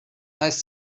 heißt